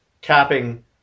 capping